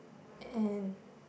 and